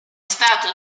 stato